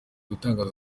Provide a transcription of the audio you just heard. gutangaza